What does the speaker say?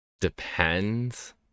depends